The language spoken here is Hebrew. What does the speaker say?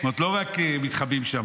זאת אומרת לא רק מתחבאים שם.